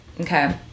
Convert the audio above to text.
Okay